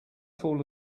fall